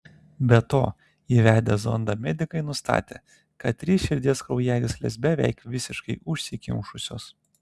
be to įvedę zondą medikai nustatė kad trys širdies kraujagyslės beveik visiškai užsikimšusios